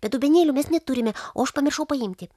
bet dubenėlių mes neturime o aš pamiršau paimti